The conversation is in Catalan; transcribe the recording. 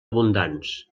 abundants